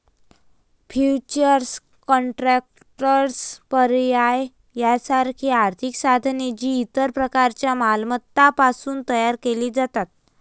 futures contracts, पर्याय यासारखी आर्थिक साधने, जी इतर प्रकारच्या मालमत्तांपासून तयार केली जातात